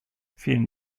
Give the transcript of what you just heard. vielen